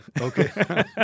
Okay